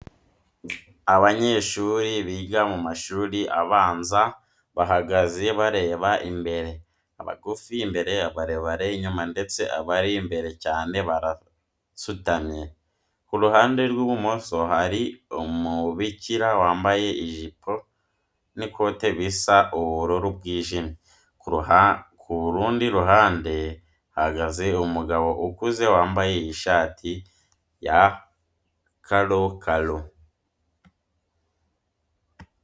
Abanyeshuri biga mu mashuri abanza bahagaze bareba imbere, abagufi imbere, abarebare inyuma ndetse abari imbere cyane barasutamye. Ku ruhande rw'ibumoso hari umubikira wambaye ijipo n'ikote bisa ubururu bwijimye, ku rundi ruhande hahagaze umugabo ukuze wambaye ishati ya karokaro.